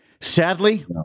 Sadly